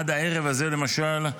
עד הערב הזה, למשל,